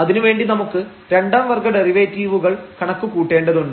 അതിനു വേണ്ടി നമുക്ക് രണ്ടാം വർഗ്ഗ ഡെറിവേറ്റീവുകൾ കണക്കു കൂട്ടേണ്ടതുണ്ട്